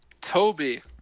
Toby